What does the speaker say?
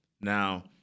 Now